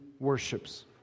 worships